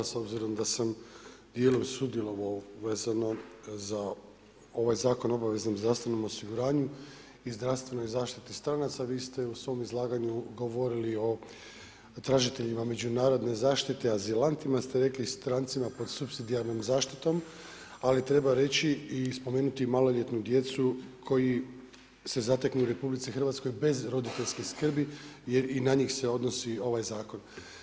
S obzirom da sam dijelom sudjelovao vezano za ovaj Zakon o obveznom zdravstvenom osiguranju i zdravstvenoj zaštiti stranici, vi ste u svom izlaganju govorili o tražiteljima međunarodne zaštite, azilantima ste rekli strancima pod supsidijarnom zaštitom, ali treba reći i spomenuti maloljetnu djecu koji se zateknu u RH bez roditeljske skrbi jer i na njih se odnosi ovaj zakon.